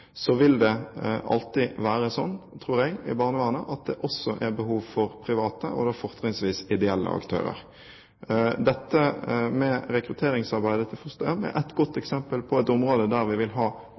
Så vil det alltid være slik, tror jeg, i barnevernet at det også er behov for private og da fortrinnsvis ideelle aktører. Dette med rekrutteringsarbeidet til fosterhjem er et godt